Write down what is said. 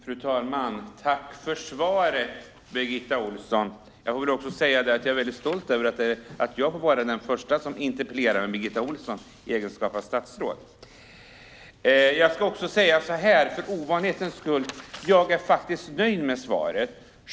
Fru talman! Tack för svaret, Birgitta Ohlsson! Jag får väl också säga att jag är väldigt stolt över att jag får vara den första som deltar i en interpellationsdebatt med Birgitta Ohlsson i hennes roll som statsråd. Jag ska också säga att jag för ovanlighetens skull faktiskt är nöjd med svaret.